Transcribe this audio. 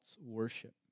worship